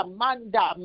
manda